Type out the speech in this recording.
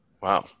Wow